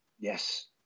yes